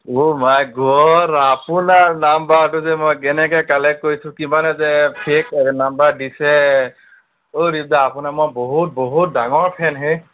O my god আপোনাৰ নাম্বৰটো যে মই কেনেকৈ কালেক্ট কৰিছোঁ কিমানে যে ফেক নাম্বাৰ দিছে অ' দ্বীপ দা আপোনাৰ মই বহুত বহুত ডাঙৰ ফেন হে